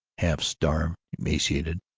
half-starved, emaciated,